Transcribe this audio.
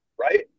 right